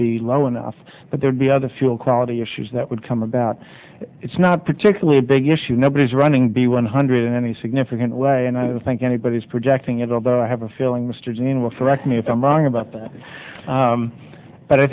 be low enough that there'd be other fuel quality issues that would come about it's not particularly a big issue nobody's running be one hundred in any significant way and i don't think anybody's projecting it although i have a feeling mr dean refract me if i'm wrong about that but i